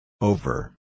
Over